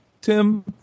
Tim